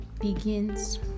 begins